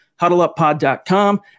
HuddleUpPod.com